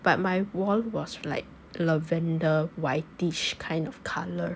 but my wall was like lavender whitish kind of colour